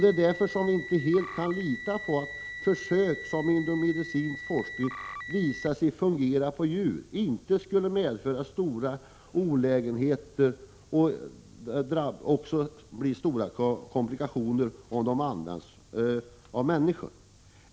Det är därför som vi inte helt kan lita på att försök som inom medicinsk forskning visat sig fungera på djur inte skulle medföra stora olägenheter och svåra komplikationer om de tillämpas på människor.